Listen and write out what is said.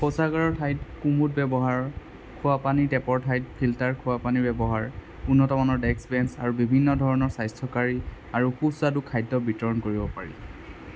শৌচাগাৰৰ ঠাইত কুমুদ ব্যৱহাৰ খোৱা পানীৰ টেপৰ ঠাইত ফিল্টাৰ খোৱা পানী ব্যৱহাৰ উন্নত মানৰ ডেস্ক বেঞ্চ আৰু বিভিন্ন ধৰণৰ স্বাস্থ্যকাৰী আৰু সুস্বাদু খাদ্য বিতৰণ কৰিব পাৰি